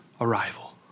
arrival